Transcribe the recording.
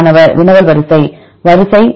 மாணவர் வினவல் வரிசை